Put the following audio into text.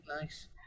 nice